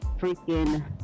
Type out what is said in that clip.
freaking